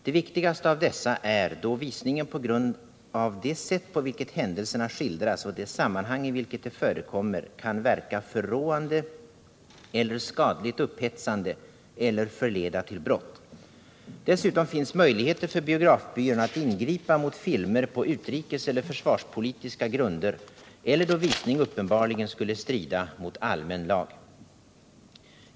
De viktigaste av Om åtgärder för att dessa är då visningen på grund av det sätt på vilket händelserna skildras bekämpa underoch det sammanhang i vilket de förekommer kan verka förråande eller — hållningsvåldet i skadligt upphetsande eller förleda till brott. Dessutom finns möjligheter — film och TV för biografbyrån att ingripa mot filmer på utrikeseller försvarspolitiska grunder eller då visning uppenbarligen skulle strida mot allmän lag.